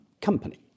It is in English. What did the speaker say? company